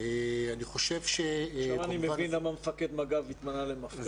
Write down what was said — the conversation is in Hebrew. עכשיו אני מבין למה מפקד מג"ב התמנה למפכ"ל.